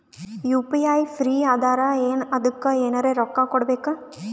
UPI free ಅದಾರಾ ಏನ ಅದಕ್ಕ ಎನೆರ ರೊಕ್ಕ ಕೊಡಬೇಕ?